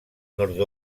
nord